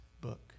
book